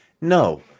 no